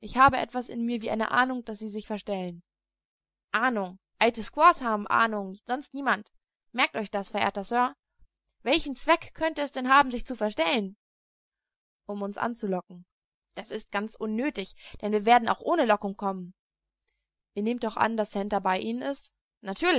ich habe etwas in mir wie eine ahnung daß sie sich verstellen ahnung alte squaws haben ahnungen sonst niemand merkt euch das verehrter sir welchen zweck könnte es denn haben sich zu verstellen um uns anzulocken das ist ganz unnötig denn wir werden auch ohne lockung kommen ihr nehmt doch an daß santer bei ihnen ist